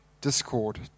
discord